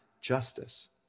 justice